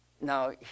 Now